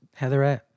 Heatherette